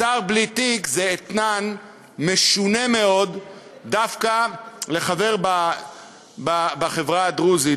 שר בלי תיק זה אתנן משונה מאוד דווקא לחבר בחברה הדרוזית.